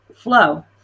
flow